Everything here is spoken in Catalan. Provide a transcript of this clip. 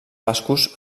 bascos